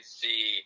see